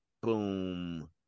boom